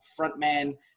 frontman